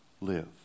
live